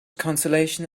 consolation